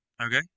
Okay